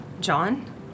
John